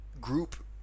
group